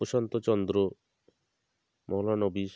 Prasanta Chandra Mahalanobis